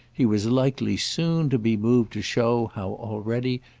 he was likely soon to be moved to show how already,